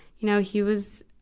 you know, he was,